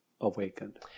awakened